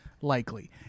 likely